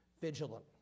vigilant